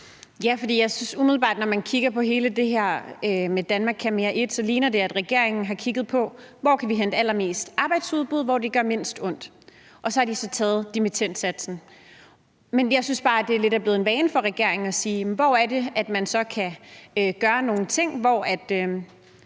Ja, og jeg synes umiddelbart, at når man kigger på hele det her med »Danmark kan mere I«, ligner det, at regeringen har kigget på, hvor de kan hente allermest arbejdsudbud, hvor det gør mindst ondt, og så har de så taget dimittendsatsen. Men jeg synes bare, at det lidt er blevet en vane for regeringen at spørge sig selv, hvor det er, man kan gøre nogle ting, hvor det